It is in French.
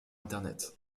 internet